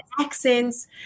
accents